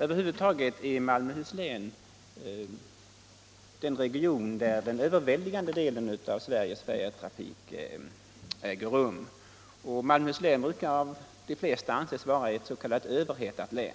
Över huvud taget är Malmöhus län den region där den överväldigande delen av Sveriges färjetrafik äger rum. Malmöhus län brukar av de flesta anses vara ett s.k. överhettat län, men